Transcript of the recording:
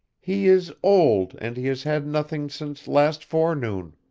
he is old, and he has had nothing since last forenoon.